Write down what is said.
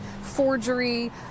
forgery